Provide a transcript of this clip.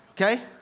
okay